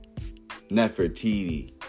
Nefertiti